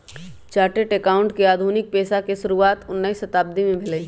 chartered accountant के आधुनिक पेशा के शुरुआत उनइ शताब्दी में भेलइ